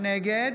נגד